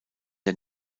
der